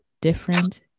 different